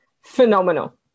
phenomenal